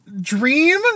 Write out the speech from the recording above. Dream